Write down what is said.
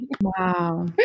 Wow